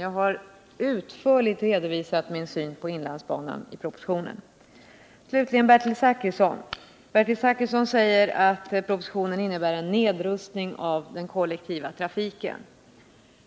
Jag har där utförligt redovisat min syn på inlandsbanan. Slutligen några ord till Bertil Zachrisson: Propositionen innebär enligt honom en nedrustning av den kollektiva trafiken.